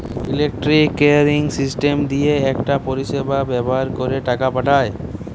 electronic clearing system দিয়ে একটা পরিষেবা ব্যাভার কোরে টাকা পাঠায়